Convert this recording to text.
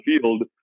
field